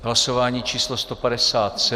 Hlasování číslo 157.